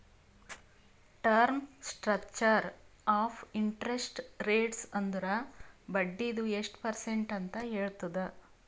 term structure of interest rates ಅಂದುರ್ ಬಡ್ಡಿದು ಎಸ್ಟ್ ಪರ್ಸೆಂಟ್ ಅಂತ್ ಹೇಳ್ತುದ್